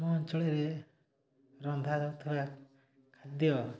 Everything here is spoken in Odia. ଆମ ଅଞ୍ଚଳରେ ରନ୍ଧା ଯାଉଥିବା ଖାଦ୍ୟ